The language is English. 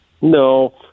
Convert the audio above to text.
No